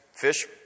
fish